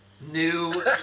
new